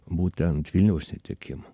būtent vilnius netekimo